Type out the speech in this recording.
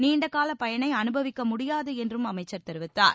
நீண்டகால பயனை அனுபவிக்க முடியாது என்றும் அமைச்சர் தெரிவித்தார்